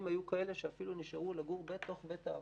היו כאלה שאפילו נשארו לגור בתוך בית האבות.